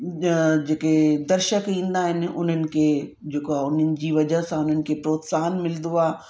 जेके दर्शक ईंदा आहिनि हू उन्हनि खे जेको आहे उन्हनि जी वजह सां उन्हनि खे प्रोत्साहन मिलंदो आहे